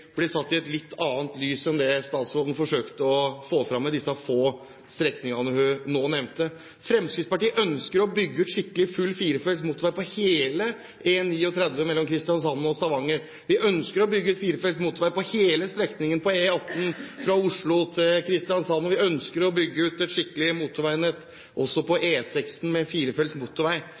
satt i et litt annet lys enn det statsråden forsøkte å få fram med disse få strekningene hun nå nevnte. Fremskrittspartiet ønsker å bygge ut skikkelig full firefelts motorvei på hele E39 mellom Kristiansand og Stavanger, vi ønsker å bygge ut firefelts motorvei på hele strekningen på E18 fra Oslo til Kristiansand, og vi ønsker å bygge ut et skikkelig motorveinett også på E6, firefelts motorvei.